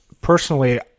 personally